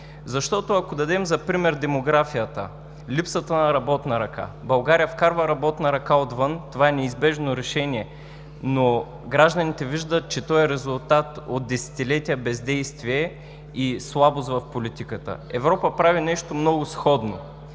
защото, ако дадем за пример демографията, липсата на работна ръка, България вкарва работна ръка отвън, това е неизбежно решение, но гражданите виждат, че то е резултат от десетилетия бездействие и слабост в политиката. Европа прави нещо много сходно.